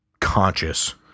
conscious